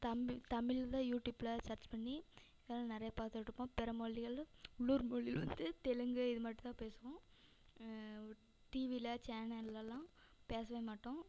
தமிழ் தமிழ் தான் யூடியூப்பில் சர்ச் பண்ணி நிறையா பார்த்துட்டுருப்போம் பிற மொழிகளு உள்ளூர் மொழி வந்து தெலுங்கு இது மட்டும் தான் பேசுவோம் டிவியில் சேன்னல்லெலாம் பேசவே மாட்டோம்